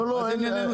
מה זה ענייננו?